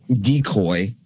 decoy